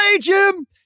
Jim